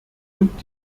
und